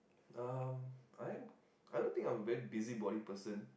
um I am I don't think I am a very busybody person